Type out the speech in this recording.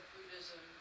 Buddhism